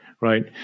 right